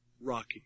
Rocky